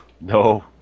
no